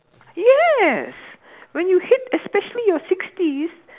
yes when you hit especially your sixties